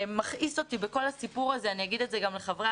מכעיס אותי בכל הסיפור הזה ואני אומר זאת גם לחברי